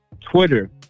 Twitter